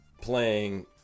playing